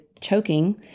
choking